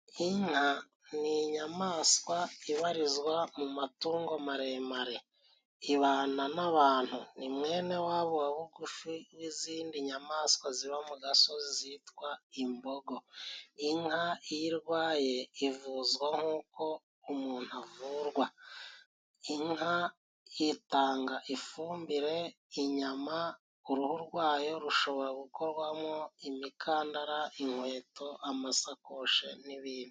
Inka ni inyamaswa ibarizwa mu matungo maremare. Ibana n'abantu ni mwene wabo wa bugufi n'izindi nyamaswa ziba mu gasozi zitwa imbogo. Inka iyo irwaye ivuzwa nk'uko umuntu avurwa , inka itanga ifumbire , inyama, uruhu rwayo rushobora gukorwamo imikandara, inkweto ,amasakoshi n'ibindi.